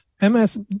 MS